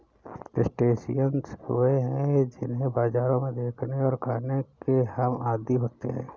crustaceans वे हैं जिन्हें बाजारों में देखने और खाने के हम आदी होते हैं